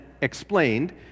explained